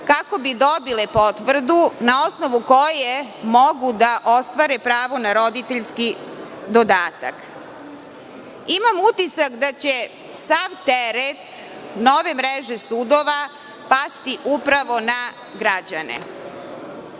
kako bi dobile potvrdu na osnovu koje mogu da ostvare pravo na roditeljski dodatak. Imam utisak da će sav teret nove mreže sudova pasti upravo na građane.